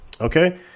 Okay